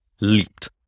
leaped